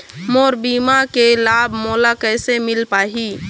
मोर बीमा के लाभ मोला कैसे मिल पाही?